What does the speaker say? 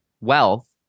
wealth